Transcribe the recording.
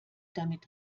damit